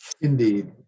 Indeed